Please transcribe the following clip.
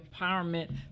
empowerment